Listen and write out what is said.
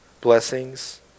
Blessings